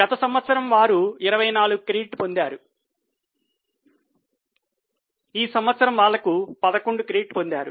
గత సంవత్సరం వారు 24 క్రెడిట్ పొందారు ఈ సంవత్సరం వాళ్లకు 11 క్రెడిట్ పొందారు